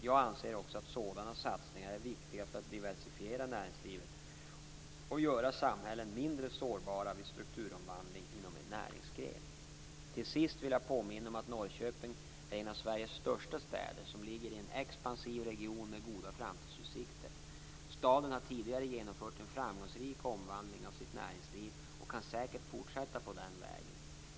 Jag anser också att sådana satsningar är viktiga för att diversifiera näringslivet och göra samhällen mindre sårbara vid strukturomvandling inom en näringsgren. Till sist vill jag påminna om att Norrköping är en av Sveriges största städer som ligger i en expansiv region med goda framtidsutsikter. Staden har tidigare genomfört en framgångsrik omvandling av sitt näringsliv och kan säkert fortsätta på den vägen.